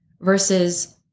versus